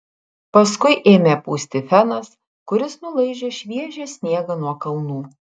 paskui ėmė pūsti fenas kuris nulaižė šviežią sniegą nuo kalnų